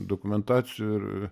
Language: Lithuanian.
dokumentacijų ir